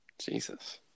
Jesus